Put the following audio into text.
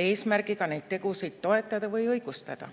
eesmärgiga neid tegusid toetada või õigustada.